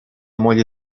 moglie